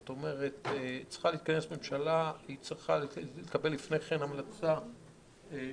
זאת אומרת צריכה להתכנס ממשלה והיא צריכה לקבל המלצה של